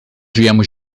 viemos